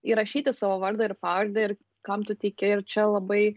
įrašyti savo vardą ir pavardę ir kam tu teiki ir čia labai